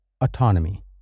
Autonomy